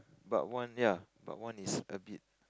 but one ya but one is a bit